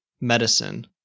medicine